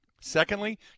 Secondly